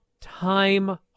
time